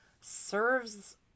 serves